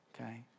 Okay